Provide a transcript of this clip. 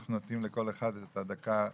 אנחנו נותנים לכל אחד את הדקה-שתיים.